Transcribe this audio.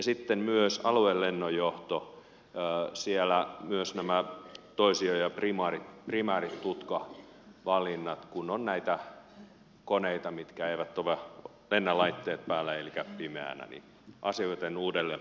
sitten aluelennonjohdon osalta on myös siellä ovat toisio ja primääritutkavalinnat kun on koneita mitkä eivät lennä laitteet päällä elikkä lentävät pimeänä asioitten uudelleenpohdintaa